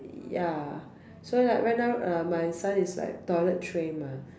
ya so like right now uh my son is like toilet trained mah